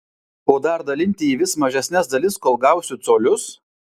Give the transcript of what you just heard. o dar dalinti į vis mažesnes dalis kol gausiu colius